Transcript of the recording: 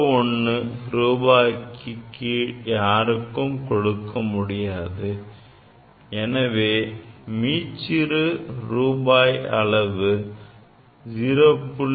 01 ரூபாய்க்கு கீழ் யாருக்கும் கொடுக்க முடியாது எனவே மீச்சிறு அளவு 0